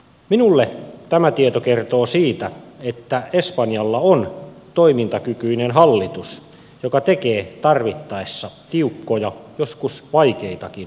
minulle tämä tieto kertoo siitä että espanjalla on toimintakykyinen hallitus joka tekee tarvittaessa tiukkoja joskus vaikeitakin talouspäätöksiä